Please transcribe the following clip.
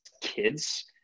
kids